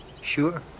sure